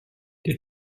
der